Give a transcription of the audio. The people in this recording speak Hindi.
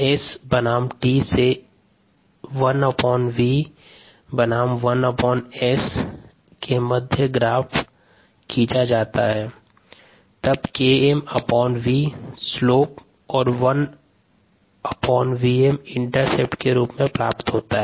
S बनाम t से 1v बनाम 1S के मध्य ग्राफ खींचते हैं तब Kmv स्लोप और 1Vm इंटरसेप्ट के रूप में प्राप्त होता है